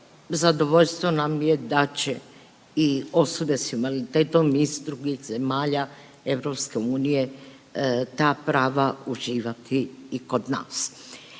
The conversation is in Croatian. zadovoljstvo nam je da će i osobe s invaliditetom iz drugih zemalja EU ta prava uživati i kod nas.